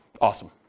Awesome